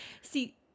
See